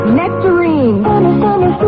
nectarine